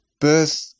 birth